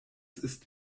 ist